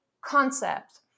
concept